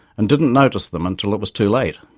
and didn't notice them until it was too late.